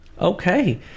okay